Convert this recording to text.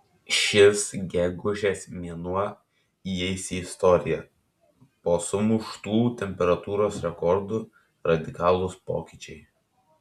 šis gegužės mėnuo įeis į istoriją po sumuštų temperatūros rekordų radikalūs pokyčiai